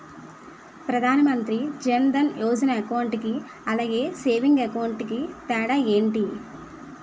Pradhan Mantri Jan Dhan Yojana account కి అలాగే savings account కి తేడా ఏంటి?